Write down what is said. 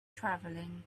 travelling